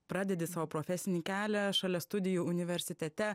pradedi savo profesinį kelią šalia studijų universitete